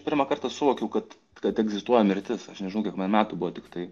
pirmą kartą suvokiau kad kad egzistuoja mirtis aš nežinau kiek man metų buvo tiktai